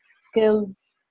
skills